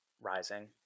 rising